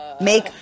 Make